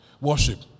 Worship